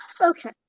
okay